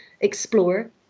explore